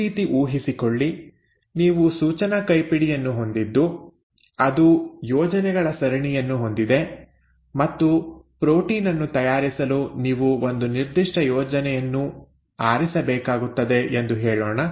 ಈ ರೀತಿ ಊಹಿಸಿಕೊಳ್ಳಿ ನೀವು ಸೂಚನಾ ಕೈಪಿಡಿಯನ್ನು ಹೊಂದಿದ್ದು ಅದು ಯೋಜನೆಗಳ ಸರಣಿಯನ್ನು ಹೊಂದಿದೆ ಮತ್ತು ಪ್ರೋಟೀನ್ ಅನ್ನು ತಯಾರಿಸಲು ನೀವು ಒಂದು ನಿರ್ದಿಷ್ಟ ಯೋಜನೆಯನ್ನು ಆರಿಸಬೇಕಾಗುತ್ತದೆ ಎಂದು ಹೇಳೋಣ